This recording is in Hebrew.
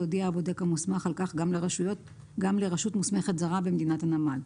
יודיע הבודק המוסמך על כך גם לרשות מוסמכת זרה במדינת הנמל.